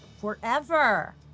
forever